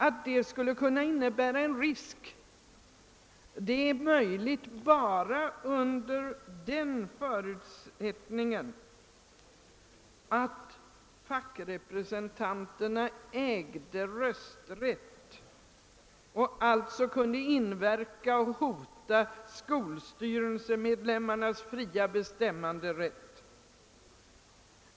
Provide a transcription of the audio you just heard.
Att det skulle kunna innebära en risk för skolstyrelsernas fria bestämmanderätt är tänkbart bara under den förutsättningen att fackrepresentanterna ägde rösträtt och alltså kunde inverka på och hota denna bestämmanderätt.